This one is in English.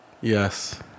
Yes